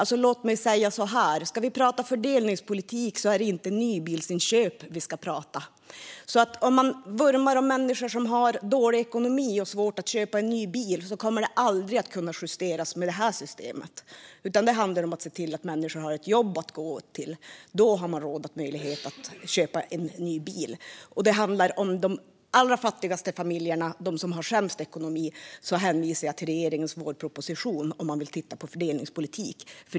Låt mig säga så här: Ska vi prata fördelningspolitik är det inte nybilsinköp vi ska prata om. Till dem som vurmar för människor som har dålig ekonomi och svårt att köpa en ny bil kan jag säga att detta aldrig kommer att kunna justeras med det här systemet. Det handlar om att se till att människor har ett jobb att gå till. Då har de råd och möjlighet att köpa en ny bil. När det gäller de allra fattigaste familjerna, som har sämst ekonomi, hänvisar jag till regeringens vårproposition för dem som vill titta på fördelningspolitik.